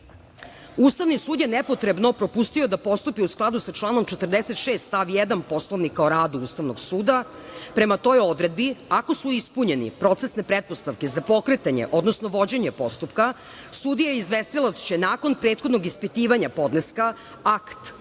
akta. Ustavni sud je nepotrebno propustio da postupi u skladu sa članom 46. stav 1. Poslovnika o radu Ustavnog suda. Prema toj odredbi ako su ispunjene procesne pretpostavke za pokretanje, odnosno vođenje postupka sudija izvestilac će nakon prethodnog ispitivanja podneska akt